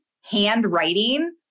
handwriting